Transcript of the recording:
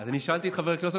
--- אני שאלתי את חבר הכנסת,